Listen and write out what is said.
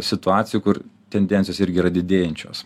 situacijų kur tendencijos irgi yra didėjančios